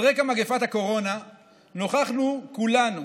על רקע מגפת הקורונה נוכחנו כולנו